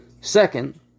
Second